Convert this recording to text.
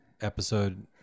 episode